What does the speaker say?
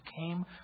came